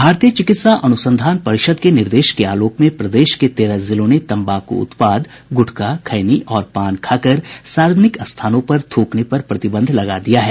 भारतीय चिकित्सा अन्संधान परिषद के निर्देश के आलोक में प्रदेश के तेरह जिलों ने तम्बाकू उत्पाद गुटखा खैनी और पान खाकर सार्वजनिक स्थानों पर थ्रकने पर प्रतिबंध लगा दिया है